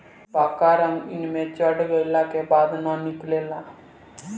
पक्का रंग एइमे चढ़ गईला के बाद ना निकले ला